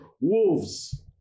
Wolves